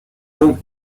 whom